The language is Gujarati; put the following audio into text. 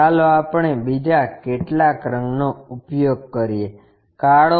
ચાલો આપણે બીજા કેટલાક રંગનો ઉપયોગ કરીએ કાળો